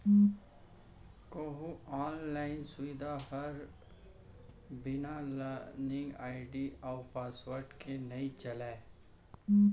कोहूँ आनलाइन सुबिधा हर बिना लॉगिन आईडी अउ पासवर्ड के नइ चलय